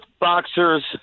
boxers